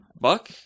Buck